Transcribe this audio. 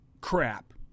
Crap